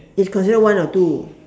is considered one or two